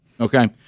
okay